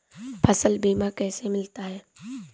फसल बीमा कैसे मिलता है?